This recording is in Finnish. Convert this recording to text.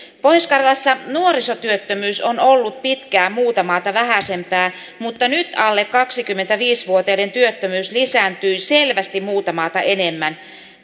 pohjois karjalassa nuorisotyöttömyys on ollut pitkään muuta maata vähäisempää mutta nyt alle kaksikymmentäviisi vuotiaiden työttömyys lisääntyy selvästi muuta maata enemmän